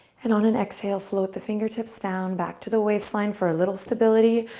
and on an exhale, flow with the fingertips down back to the waistline for a little stability,